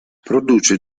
produce